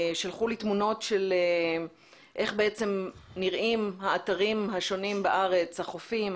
שלחו לי תמונות של איך בעצם נראים האתרים השונים בארץ החופים,